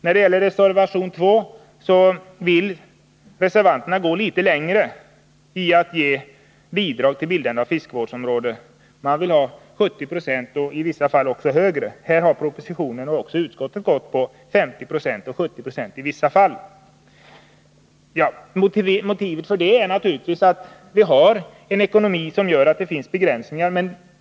I reservation 2 vill reservanterna gå litet längre när det gäller bidragen till bildandet av fiskevårdsområden. Reservanterna vill att bidrag skall kunna utgå till 70 26 av kostnaden, i vissa fall ännu mer. Här har propositionen och utskottet stannat för 50 26 och i vissa fall 70 20. Ett motiv för detta är naturligtvis att vi har en ekonomi som begränsar utrymmet.